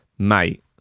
Mate